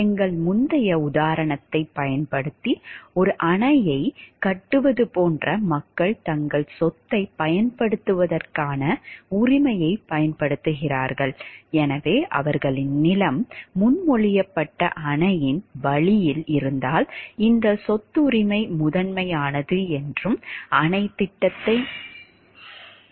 எங்கள் முந்தைய உதாரணத்தைப் பயன்படுத்தி ஒரு அணையைக் கட்டுவது போன்ற மக்கள் தங்கள் சொத்தைப் பயன்படுத்துவதற்கான உரிமையைப் பயன்படுத்துகிறார்கள்